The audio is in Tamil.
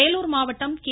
வேலூர் மாவட்டம் கே